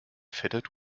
fitted